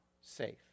safe